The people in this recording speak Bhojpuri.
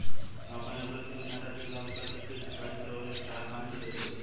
हम आपन रेगुलर सेविंग खाता से एक लाख रुपया फिक्स डिपॉज़िट करवावे के चाहत बानी त कैसे होई?